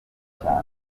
cyane